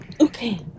Okay